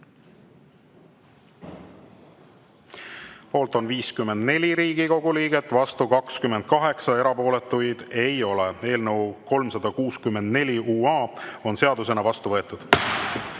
Poolt on 54 Riigikogu liiget, vastu 28, erapooletuid ei ole. Eelnõu 364 UA on seadusena vastu võetud.